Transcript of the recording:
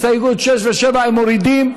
את הסתייגויות 6 ו-7 הם מורידים.